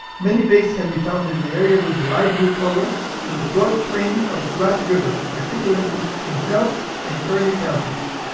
many bays can be found in the area with the light blue color in the flood plain of the platte river, particularly in phelps and kearney counties.